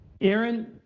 aaron